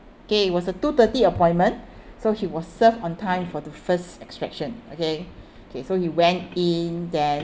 okay it was a two thirty appointment so he was served on time for the first extraction okay okay so he went in then